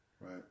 right